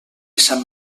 sant